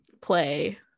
play